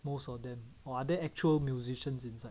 most of them or are there actual musicians inside